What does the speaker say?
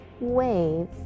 wave